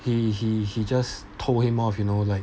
he he he just told him off you know like